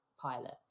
pilot